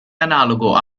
analogo